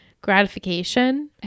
gratification